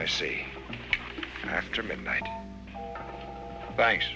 i see after midnight thanks